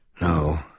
No